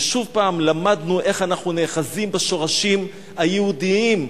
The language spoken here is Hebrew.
ושוב פעם למדנו איך אנחנו נאחזים בשורשים היהודיים,